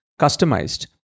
customized